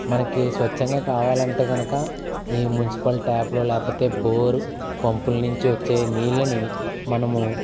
మనకి స్వచ్ఛంగా కావాలంటే కనుక ఈ మున్సిపల్ ట్యాప్లు లేకపోతే బోరు పంపులు నుంచి వచ్చే నీళ్ళని మనము